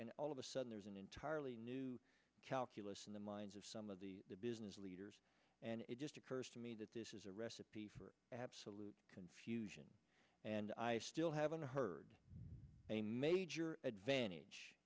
and all of a sudden there's an entirely new calculus in the minds of some of the business leaders and it just occurs to me that this is a recipe for absolute confusion and i still haven't heard a major advantage